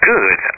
Good